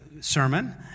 sermon